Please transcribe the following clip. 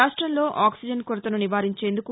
రాష్టంలో ఆక్పిజన్ కొరతను నివారించేందుకు